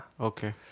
Okay